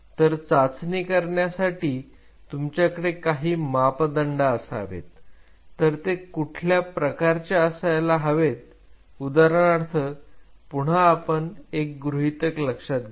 तर चाचणी करण्यासाठी तुमच्याकडे काही मापदंड असावेत तर ते कुठल्या प्रकारच्या असायला हवेत उदाहरणार्थ पुन्हा एकदा आपण एक गृहितक लक्षात घेऊ